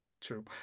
True